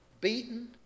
beaten